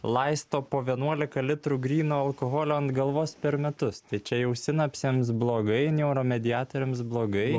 laisto po vienuolika litrų gryno alkoholio ant galvos per metus tai čia jau sinapsėms blogai neuromediatoriams blogai